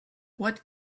what